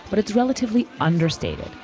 but it's relatively understated.